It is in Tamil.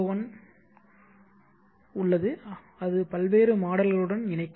sub உள்ளது அது பல்வேறு மாடல்களுடன் இணைக்கும்